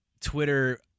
Twitter